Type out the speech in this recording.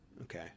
Okay